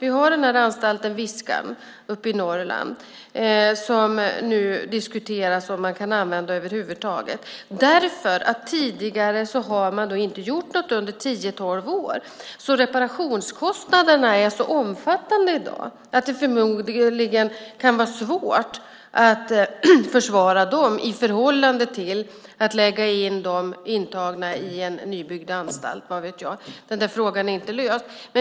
Det diskuteras nu om anstalten Viskan i Norrland över huvud taget kan användas. Under tio till tolv år har inget gjorts. Reparationskostnaderna är så omfattande i dag att det förmodligen kan vara svårt att försvara dem i förhållande till att föra över de intagna i en nybyggd anstalt. Vad vet jag? Frågan är inte löst.